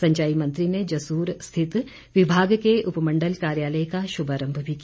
सिंचाई मंत्री ने जसूर स्थित विभाग के उपमंडल कार्यालय का शुभारंभ भी किया